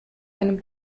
einem